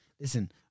Listen